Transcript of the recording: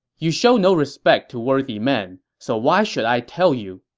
you show no respect to worthy men. so why should i tell you?